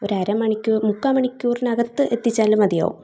ഒരു അരമണിക്കൂർ മുക്കാൽ മണിക്കൂറിനകത്ത് എത്തിച്ചാലും മതിയാവും